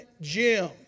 Jim